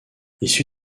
issu